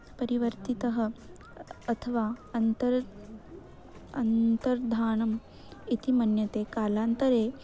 परिवर्तितः अथवा अन्तः अन्तर्धानम् इति मन्यते कालान्तरे